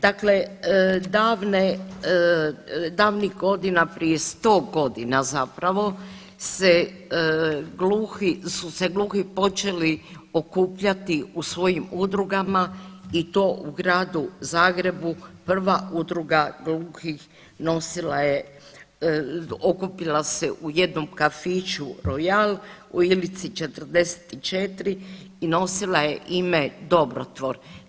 Dakle, davne, davnih godina prije 100 godina se zapravo se, su se gluhi počeli okupljati u svojim udrugama i to u gradu Zagrebu prva udruga gluhih nosila je, okupila se u jednom kafiću Royal u Ilici 44 i nosila je ime Dobrotvor.